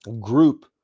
group